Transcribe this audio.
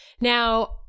Now